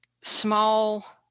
small